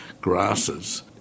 grasses